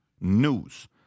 news